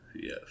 Yes